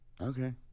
Okay